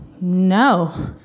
no